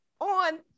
on